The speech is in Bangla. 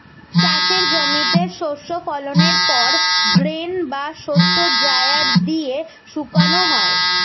চাষের জমিতে শস্য ফলনের পর গ্রেন বা শস্য ড্রায়ার দিয়ে শুকানো হয়